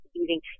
eating